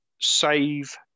save